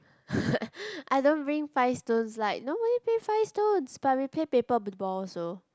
I don't bring five stones like nobody play five stones but we play paper big ball also